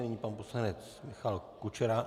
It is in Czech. Nyní pan poslanec Michal Kučera.